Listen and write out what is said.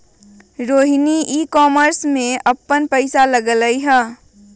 Rohini e commerce में अप्पन पैसा लगअलई ह